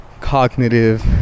cognitive